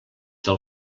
del